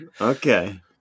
Okay